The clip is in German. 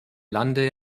lande